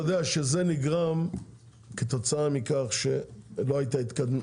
יודע שזה נגרם כתוצאה מכך שלא הייתה התקדמות.